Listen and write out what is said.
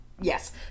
yes